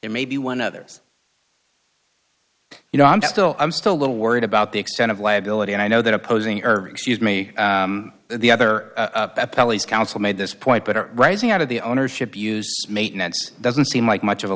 there may be one others you know i'm still i'm still a little worried about the extent of liability and i know that opposing her excuse me the other pelleas council made this point but are rising out of the ownership use maintenance doesn't seem like much of a